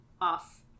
off